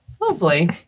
Lovely